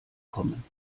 kommen